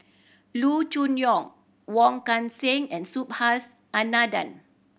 Loo Choon Yong Wong Kan Seng and Subhas Anandan